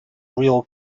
real